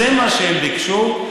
זה מה שהם ביקשו,